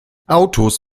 autos